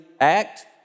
act